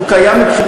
הוא לא מופץ לציבור.